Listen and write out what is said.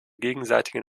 gegenseitigen